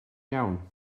iawn